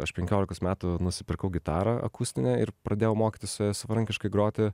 aš penkiolikos metų nusipirkau gitarą akustinę ir pradėjau mokytis savarankiškai groti